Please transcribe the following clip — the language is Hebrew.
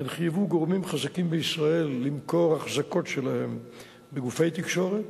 הן חייבו גורמים חזקים בישראל למכור אחזקות שלהם בגופי תקשורת